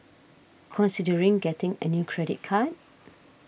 considering getting a new credit card